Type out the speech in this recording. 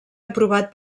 aprovat